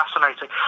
fascinating